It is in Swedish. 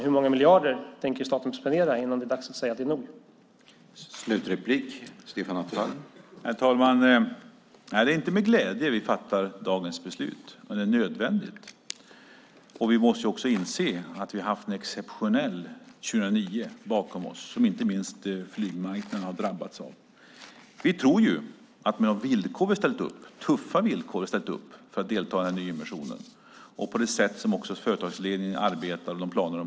Hur många miljarder tänker staten spendera innan det är dags att säga att det är nog?